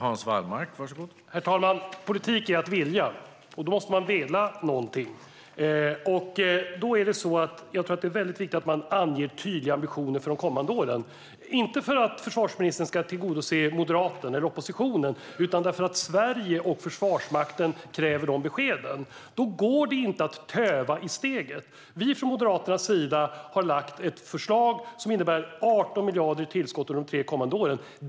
Herr talman! Politik är att vilja, och då måste man vilja något. Jag tror att det är viktigt att man anger tydliga ambitioner för de kommande åren, inte för att försvarsministern ska tillgodose Moderaterna eller oppositionen utan för att Sverige och Försvarsmakten kräver dessa besked. Då går det inte att töva i steget. Moderaterna har lagt fram ett förslag som innebär 18 miljarder i tillskott under de kommande tre åren.